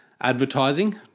Advertising